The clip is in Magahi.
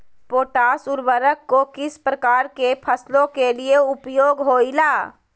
पोटास उर्वरक को किस प्रकार के फसलों के लिए उपयोग होईला?